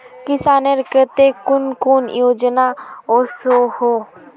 किसानेर केते कुन कुन योजना ओसोहो?